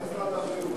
משרד הבריאות?